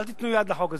אל תיתנו יד לחוק הזה.